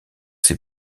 ses